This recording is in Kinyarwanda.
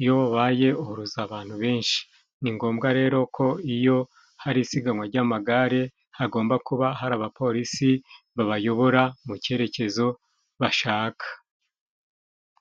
iyo wabaye uhuruza abantu benshi, ni ngombwa rero ko iyo hari isiganwa ry'amagare hagomba kuba hari abapolisi babayobora mu cyerekezo bashaka.